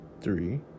three